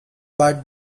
but